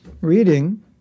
reading